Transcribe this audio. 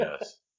yes